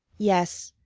yes,